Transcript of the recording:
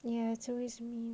ya it's always me